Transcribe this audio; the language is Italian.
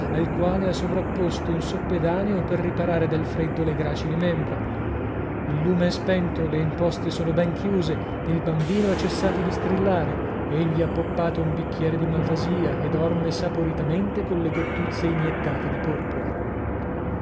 al quale ha sovrapposto un soppedaneo per riparare dal freddo le gracili membra il lume è spento le imposte sono ben chiuse il bambino ha cessato di strillare egli ha poppato un bicchiere di malvasia e dorme saporitamente colle gotuzze iniettate di porpora